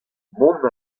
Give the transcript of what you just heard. mont